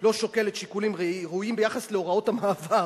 לא שוקלת שיקולים ראויים ביחס להוראות המעבר,